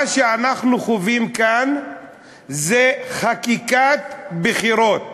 מה שאנחנו חווים כאן הוא חקיקת בחירות.